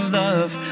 love